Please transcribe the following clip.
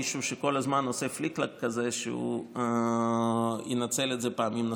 מישהו שכל הזמן עושה פליק-פלאק כזה שהוא ינצל את זה פעמים נוספות.